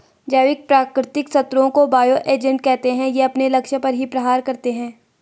जैविक प्राकृतिक शत्रुओं को बायो एजेंट कहते है ये अपने लक्ष्य पर ही प्रहार करते है